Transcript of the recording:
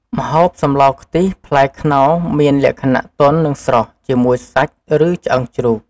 ម្ហូបសម្លខ្ទិះ ផ្លែខ្នុរមានលក្ខណៈទន់ និងស្រស់ ជាមួយសាច់ ឬឆ្អឹងជ្រូក។